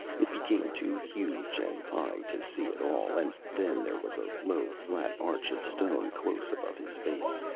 it became too huge and high to see at all, and then there was a low flat arch of stone close above his face,